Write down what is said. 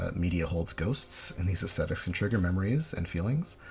ah media holds ghosts and these aesthetics can trigger memories and feelings.